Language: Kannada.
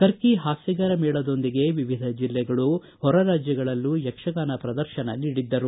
ಕರ್ಕ ಪಾಸ್ಥಗಾರ ಮೇಳದೊಂದಿಗೆ ವಿವಿಧ ಜಿಲ್ಲೆಗಳು ಹೊರರಾಜ್ಯಗಳಲ್ಲೂ ಯಕ್ಷಗಾನ ಪ್ರದರ್ಶನ ನೀಡಿದ್ದರು